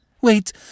Wait